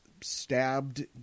stabbed